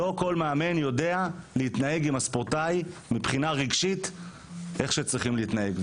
לא כל מאמן יודע להתנהג עם הספורטאי מבחינה רגשית איך שצריכים להתנהג,